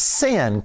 sin